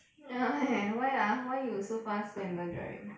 ya eh why ah why you so fast go and learn driving